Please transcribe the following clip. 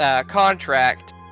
contract